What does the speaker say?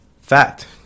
fact